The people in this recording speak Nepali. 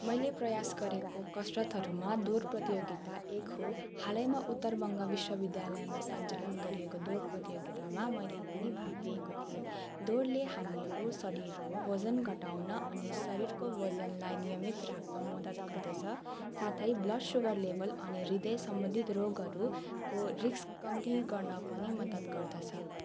मैले प्रयास गरेको कसरतहरूमा दौड प्रतियोगिता एक हो हालैमा उत्तर बङ्ग विश्वविद्यालयमा सन्चालन गरिएको दौड प्रतियोगितामा मैले पनि भाग लिएको थिएँ दौडले हामीहरू शरीरको वजन घटाउन अनि शरीरको वजनलाई नियमित राख्न मद्दत गर्दछ साथै ब्लड सुगर लेभल ह्रदय सम्बन्धित रोगहरूको रिस्क कम्ती गर्न पनि मद्दत गर्दछ